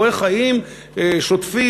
הוא רואה חיים שוטפים,